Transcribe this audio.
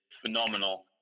phenomenal